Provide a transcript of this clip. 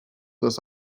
das